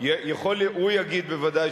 הוא יגיד בוודאי,